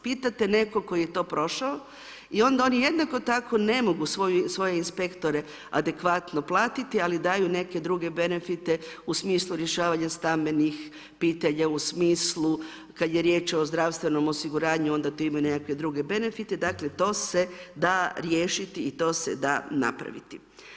Pitajte nekoga tko je to prošao i onda oni jednako tako ne mogu svoje inspektore adekvatno platiti, ali daju neke druge benefite, u smislu rješavanja stambenih pitanja, u smislu kada je riječ o zdravstvenom osiguranju, onda tu imaju nekakve druge benefite, dakle to se da riješiti i to se da napraviti.